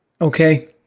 Okay